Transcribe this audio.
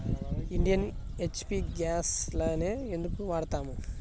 Indian, HP గ్యాస్లనే ఎందుకు వాడతాము?